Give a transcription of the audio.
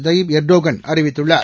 Tayyip Erdogan அறிவித்துள்ளார்